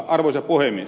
arvoisa puhemies